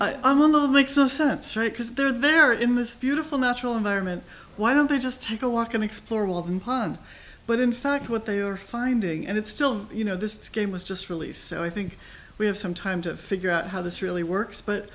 it makes no sense because they're there in this beautiful natural environment why don't they just take a walk and explore walden pond but in fact what they are finding and it's still you know this game was just released so i think we have some time to figure out how this really works but